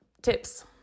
Tips